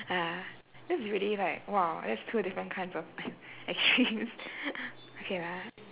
ah that's really like !wow! that's two different kind of extremes okay lah